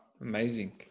Amazing